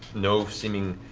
no seeming